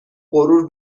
غرور